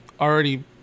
already